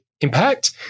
impact